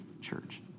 church